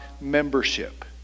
membership